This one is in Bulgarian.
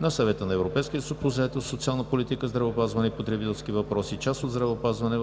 на Съвета на Европейския съюз по заетост, социална политика, здравеопазване и потребителски въпроси – част от „Здравеопазване“,